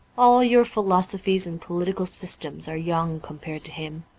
all your philosophies and political systems are young com pared to him.